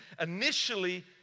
initially